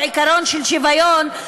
ועיקרון של שוויון,